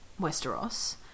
Westeros